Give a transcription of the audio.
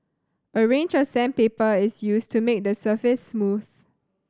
a range of sandpaper is used to make the surface smooth